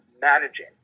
managing